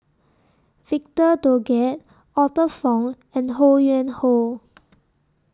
Victor Doggett Arthur Fong and Ho Yuen Hoe